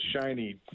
shiny